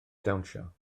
dawnsio